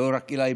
לא רק אליי,